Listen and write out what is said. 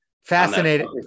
Fascinating